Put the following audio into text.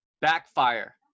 backfire